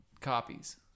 copies